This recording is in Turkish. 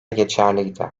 geçerliydi